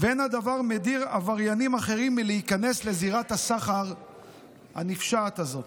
ואין הדבר מדיר עבריינים אחרים מלהיכנס לזירת הסחר הנפשעת הזאת.